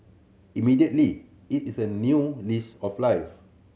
immediately it is a new lease of life